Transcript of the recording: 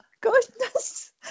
goodness